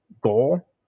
goal